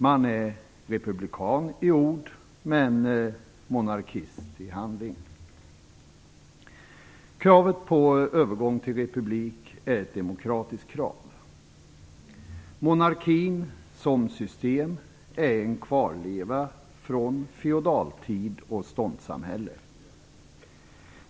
Man är republikan i ord men monarkist i handling. Kravet på övergång till republik är ett demokratiskt krav. Monarkin som system är en kvarleva från feodaltid och ståndssamhälle.